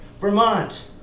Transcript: Vermont